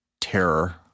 terror